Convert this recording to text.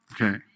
Okay